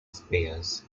spears